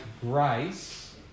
grace